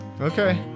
okay